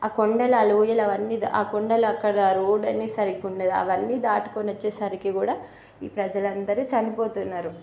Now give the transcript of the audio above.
ఆ కొండల లోయలు అవన్నీ ఆ కొండలు అక్కడ ఆ రోడ్డు అనేది సరిగ్గా ఉండదు అవన్నీ దాటుకొని వచ్చేసరికి కూడా ఈ ప్రజలందరూ చనిపోతున్నారు